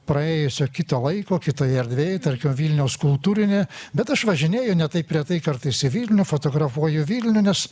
praėjusio kito laiko kitoje erdvėj tarkim vilniaus kultūrinė bet aš važinėju ne taip retai kartais į vilnių fotografuoju vilnių nes